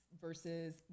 versus